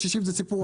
ה-60 זה סיפור אחר.